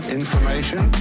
information